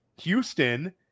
Houston